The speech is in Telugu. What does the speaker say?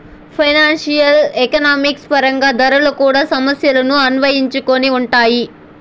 ఫైనాన్సియల్ ఎకనామిక్స్ పరంగా ధరలు కూడా సమస్యలను అన్వయించుకొని ఉంటాయి